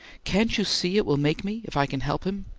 can't you see it will make me, if i can help him!